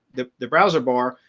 the the browser bar,